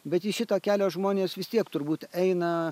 bet į šitą kelią žmonės vis tiek turbūt eina